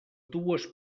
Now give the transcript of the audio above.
dues